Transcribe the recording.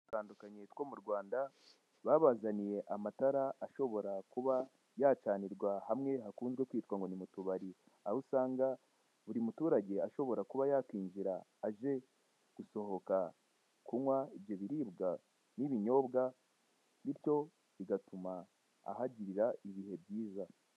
Dutandukanye two mu Rwanda babazaniye amatara ashobora kuba yacanirwa hamwe hakunze kwitwa ngo ni mu tubari. Aho usanga buri muturage ashobora kuba yakwinjira aje gusohoka kunywa ibyo biribwa n'ibinyobwa, bityo bigatuma ahagirira ibihe byiza.